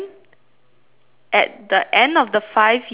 at the end of the five years